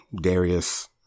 Darius